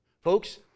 Folks